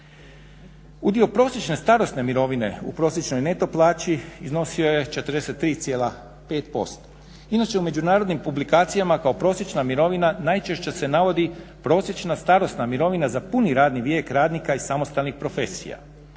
Udio prosječne starosne mirovine u prosječnoj neto plaći iznosio je 43,5%. Inače u međunarodnim publikacijama kao prosječna mirovina najčešća se navodi prosječna starosna mirovina za puni radni vijek radnika i samostalnih profesija.